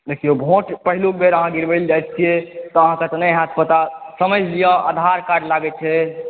देखियौ वोट पहिलुक बेर अहाँ गिरबय लए जाइ छियै अहाँके तऽ नहि हैत पता समझि लिअ आधार कार्ड लागै छै